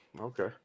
Okay